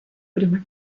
prime